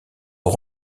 aux